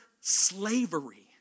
slavery